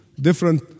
different